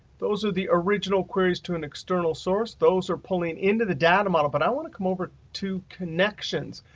those are the original queries to an external source. those are pulling into the data model. but i want to come over to connections.